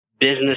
business